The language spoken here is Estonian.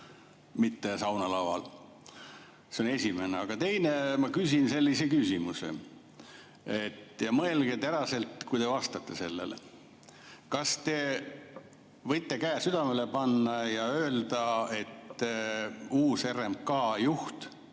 mitte saunalaval. See on esimene. Aga teine. Ma küsin sellise küsimuse. Mõelge teraselt, kui te vastate sellele. Kas te võite käe südamele panna ja öelda, et uus RMK juht